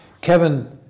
Kevin